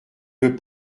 peut